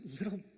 little